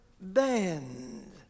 band